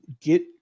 get